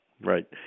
right